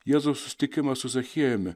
jėzų susitikimą su zachiejumi